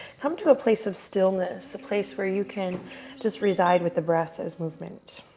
come to a place of stillness, a place where you can just reside with the breath as movement.